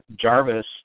Jarvis